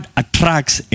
attracts